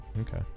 okay